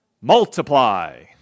multiply